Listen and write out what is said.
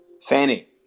Fanny